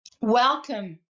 welcome